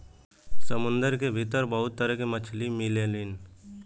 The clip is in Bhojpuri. समुंदर के भीतर बहुते तरह के मछली मिलेलीन